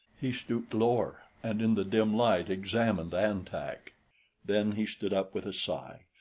he stooped lower and in the dim light examined an-tak then he stood up with a sigh.